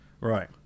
right